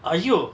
!aiyo!